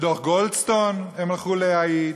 בדוח גולדסטון הם הלכו להעיד.